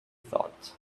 thought